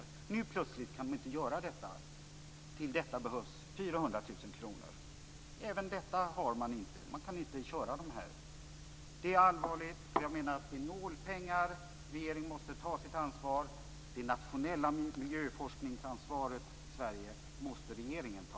Nu kan de plötsligt inte göra detta. För detta behövs 400 000 kr. Dessa pengar har man inte. Man kan inte göra dessa mätningar. Det är allvarligt. Jag menar att det är nålpengar. Regeringen måste ta sitt ansvar. Det nationella miljöforskningsansvaret i Sverige måste regeringen ta.